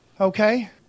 okay